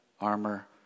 armor